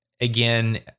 Again